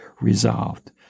resolved